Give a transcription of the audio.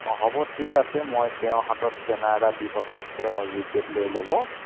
অ' হ'ব ঠিক আছে মই তেওঁৰ হাতত স্কেনাৰ এটা দি পঠাম তেওঁ জিপে'ত লৈ ল'ব